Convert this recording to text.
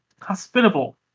hospitable